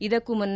ಇದಕ್ಕೂ ಮುನ್ನ